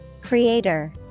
Creator